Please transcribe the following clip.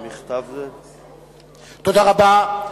תודה רבה.